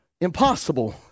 impossible